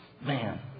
Man